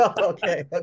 okay